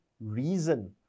reason